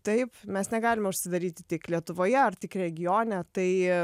taip mes negalime užsidaryti tik lietuvoje ar tik regione tai